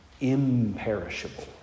imperishable